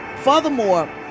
Furthermore